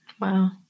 Wow